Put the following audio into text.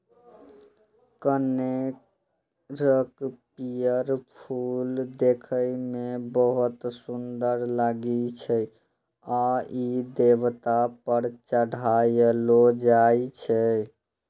कनेरक पीयर फूल देखै मे बहुत सुंदर लागै छै आ ई देवता पर चढ़ायलो जाइ छै